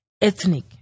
ethnic